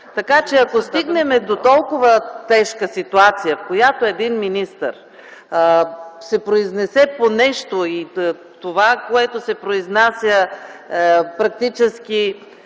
акт. Ако стигнем до толкова тежка ситуация, в която един министър се произнесе по нещо и това, което се произнася, практически